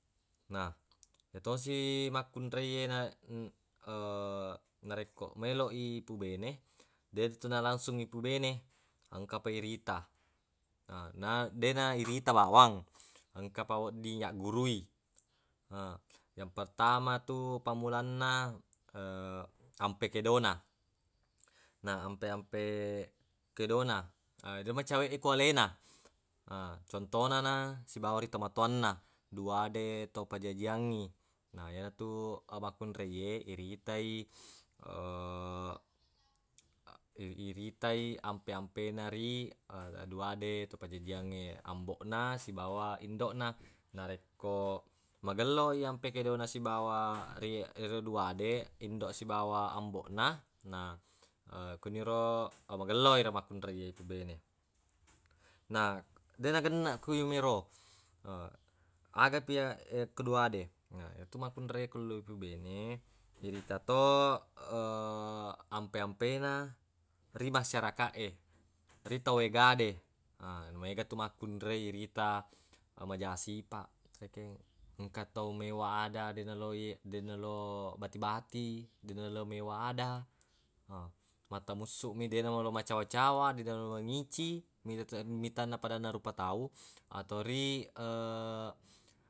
Na yetosi makkunreiye na- narekko meloq i ipubene detu nalansung ipubene engkapa irita, na- na dena irita bawang engkapa wedding yaggurui. He yang pertama tu pammulanna ampe kedona na ampe-ampe kedona yero macaweq e ku alena. Ha contonana sibawa ri tomatowanna, duade tau pajajiangngi. Na yenatu makkuraiye iritai i- iritai ampe-ampe na ri duade to pajajingnge ambokna sibawa indokna, narekko magelloi ampe kedona sibawa ri ero duade indok sibawa ambokna na kuniro magello ero makkunreiye ipubene. na deq nagenneq ku yemiro aga kuya- keduade na yetu makkunreiye ku lo ipubene irita to ampe-ampena ri masyarakaq e ri to egade, mega tu makkunrei irita mega sipaq rekeng engka tau mewa ada deq nalo ye- deq nalo bati-bati deq nalo mewa ada he mattamussuq mi deq nelo macawa-cawa deq nalo mangicciq mita to mita padanna rupa tau atau ri